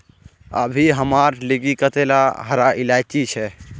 अभी हमार लिगी कतेला हरा इलायची छे